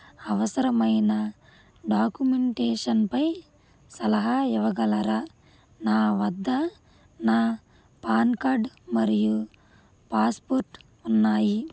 అవసరమైన డాక్యుమెంటేషన్పై సలహా ఇవ్వగలరా నా వద్ద నా పాన్ కార్డ్ మరియు పాస్పోర్ట్ ఉన్నాయి